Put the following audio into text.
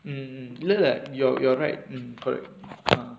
mm mm இல்ல இல்ல:illa illa you're you're right mm correct